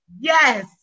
yes